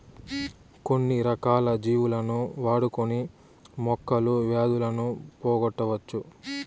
కొన్ని రకాల జీవులను వాడుకొని మొక్కలు వ్యాధులను పోగొట్టవచ్చు